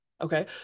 okay